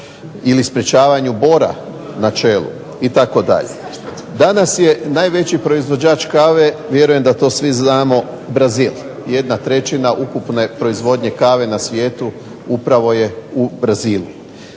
ili sprečavanju bora na čelu itd. Danas je najveći proizvođač kave, vjerujem da to svi znamo, Brazil. Trećina ukupne proizvodnje kave na svijetu upravo je u Brazilu.